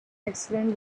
excellent